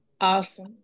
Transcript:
Awesome